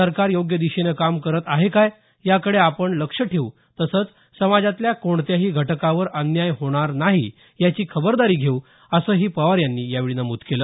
सरकार योग्य दिशेनं काम करत आहे काय याकडे आपण लक्ष ठेऊ तसंच समाजातल्या कोणत्याही घटकावर अन्याय होणार नाही याची खबरदारी घेऊ असंही पवार यांनी यावेळी नमूद केलं